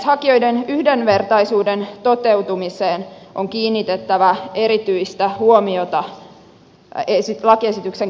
hakijoiden yhdenvertaisuuden toteutumiseen on kiinnitettävä erityistä huomiota lakiesityksen käsittelyssä